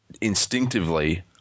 instinctively